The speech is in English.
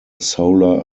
solar